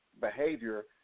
behavior